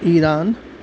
Iran